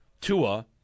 Tua